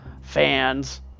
fans